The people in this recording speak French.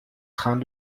trains